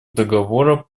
договора